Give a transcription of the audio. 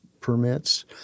permits